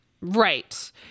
Right